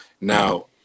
now